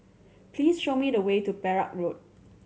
please show me the way to Perak Road